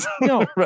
No